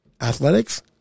athletics